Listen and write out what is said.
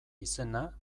izena